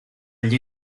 gli